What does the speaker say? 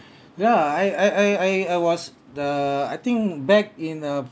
ya I I I I I was the I think back in uh